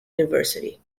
university